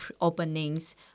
openings